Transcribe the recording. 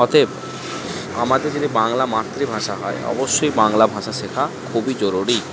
অতএব আমাদের যদি বাংলা মাতৃভাষা হয় অবশ্যই বাংলা ভাষা শেখা খুবই জরুরি